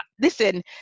Listen